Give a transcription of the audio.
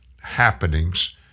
happenings